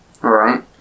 Right